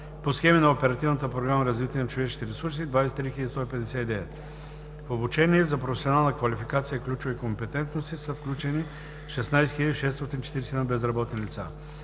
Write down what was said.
ресурси“ – 23 159 лица. В обучение за професионална квалификация и ключови компетентности са включени 16 641 безработни лица.